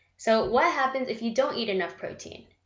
so what happens if you don't eat enough protein?